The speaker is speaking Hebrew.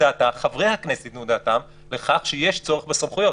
חברי הכנסת ייתנו את דעתם לכך שיש צורך בסמכויות.